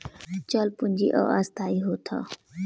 चल पूंजी अस्थाई होत हअ